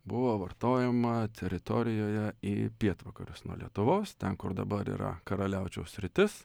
buvo vartojama teritorijoje į pietvakarius nuo lietuvos ten kur dabar yra karaliaučiaus sritis